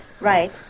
Right